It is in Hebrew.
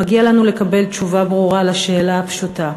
מגיע לנו לקבל תשובה ברורה על השאלה הפשוטה,